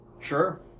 Sure